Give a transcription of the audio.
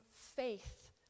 faith